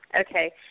okay